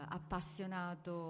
appassionato